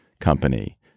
company